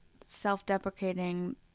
self-deprecating